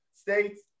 states